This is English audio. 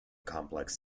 complex